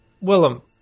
Willem